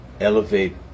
elevate